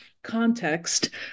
context